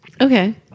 Okay